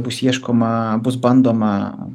bus ieškoma bus bandoma